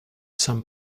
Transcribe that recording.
some